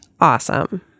Awesome